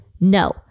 no